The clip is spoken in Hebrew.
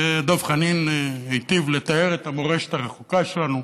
דב חנין היטיב לתאר את המורשת הרחוקה שלנו,